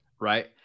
right